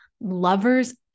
lovers